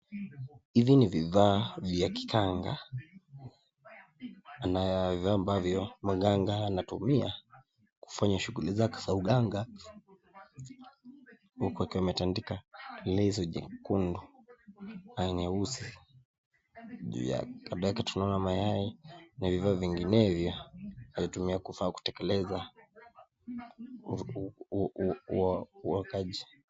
Hivi ni vifaa vya kiganga ambavyo mganga anatumia kufanya shughuli zake za uganga huku akiwa ametandika leso nyekundu na nyeusi juu yake. Kando yake tunaona mayai na hivyo vinginevyo anafa kutumia kutekeleza uokaji.